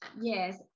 Yes